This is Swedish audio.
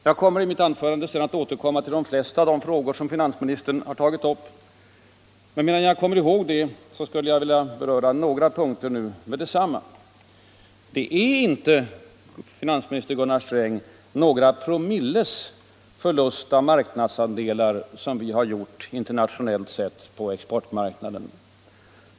Jag skall senare i mitt anförande återkomma till de flesta av de frågor som finansministern tagit upp, men medan jag kommer ihåg det skulle jag redan nu vilja beröra några punkter. Det är inte, finansminister Gunnar Sträng, ”några promilles” förlust av marknadsandelar som vi gjort internationellt sett på exportmarknaden.